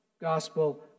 Gospel